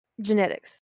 genetics